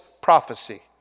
prophecy